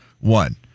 one